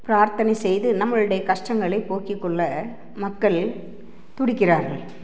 பிரார்த்தனை செய்து நம்மளுடைய கஷ்டங்களை போக்கிக் கொள்ள மக்கள் துடிக்கிறார்கள்